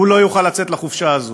הוא לא יוכל לצאת לחופשה הזו.